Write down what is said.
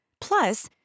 Plus